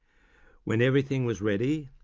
when everything was ready,